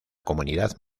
comunidad